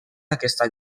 aquesta